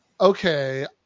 okay